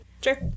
Sure